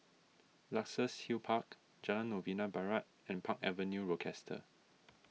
Luxus Hill Park Jalan Novena Barat and Park Avenue Rochester